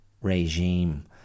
regime